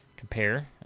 compare